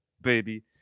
baby